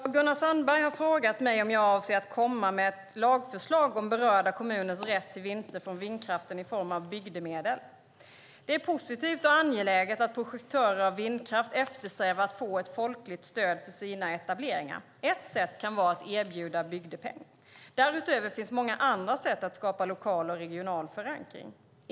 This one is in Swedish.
Herr talman! Gunnar Sandberg har frågat mig om jag avser att komma med ett lagförslag om berörda kommuners rätt till vinster från vindkraften i form av bygdemedel. Det är positivt och angeläget att projektörer av vindkraft eftersträvar att få ett folkligt stöd för sina etableringar. Ett sätt kan vara att erbjuda bygdepeng. Därutöver finns många andra sätt att skapa lokal och regional förankring.